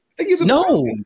No